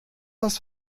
das